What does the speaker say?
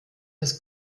das